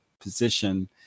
position